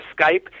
Skype